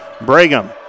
Brigham